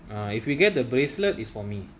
ah if get the bracelet is for me